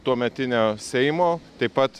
tuometinio seimo taip pat